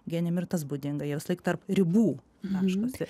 genijam ir tas būdinga jie visą laik tarp ribų taškosi